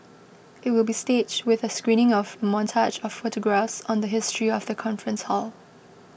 it will be staged with a screening of a montage of photographs on the history of the conference hall